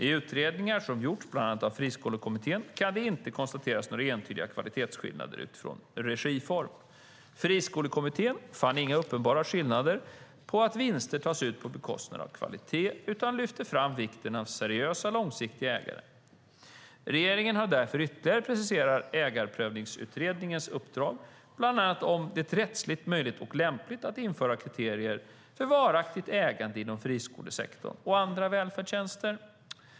I utredningar som har gjorts, bland annat av Friskolekommittén, kan det inte konstateras några entydiga kvalitetsskillnader utifrån regiform. Friskolekommittén fann inga uppenbara tecken på att vinster tas ut på bekostnad av kvalitet, utan lyfter fram vikten av seriösa, långsiktiga ägare. Regeringen har därför ytterligare preciserat Ägarprövningsutredningens uppdrag, bland annat om det är rättsligt möjligt och lämpligt att införa kriterier för varaktigt ägande inom friskolesektorn och andra välfärdstjänster.